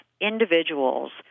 individuals